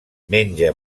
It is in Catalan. menja